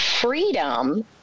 Freedom